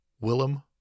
Willem